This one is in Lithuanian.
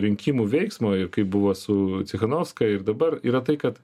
rinkimų veiksmo ir kaip buvo su tsichanovska ir dabar yra tai kad